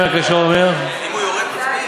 אם הוא יורד מצביעים.